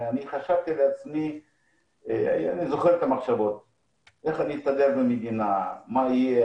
חשבתי איך אני אסתדר במדינה ומה יהיה.